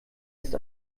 ist